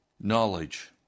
Knowledge